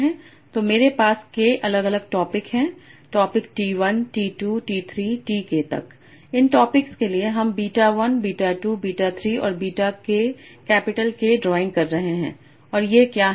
तो मेरे पास k अलग अलग टॉपिक् हैं topic T 1 T 2 T 3 T k तक इन टॉपिक् के लिए हम बीटा 1 बीटा 2 बीटा 3 और बीटा कैपिटल K ड्राइंग कर रहे हैं और ये क्या हैं